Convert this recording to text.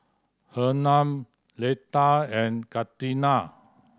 Hernan Leta and Katina